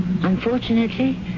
Unfortunately